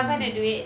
mm